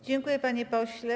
Dziękuję, panie pośle.